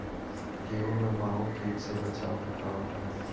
गेहूँ में माहुं किट से बचाव के का उपाय बा?